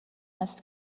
است